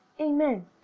amen